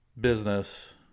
business